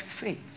faith